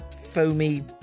foamy